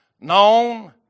known